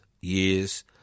year's